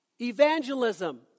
evangelism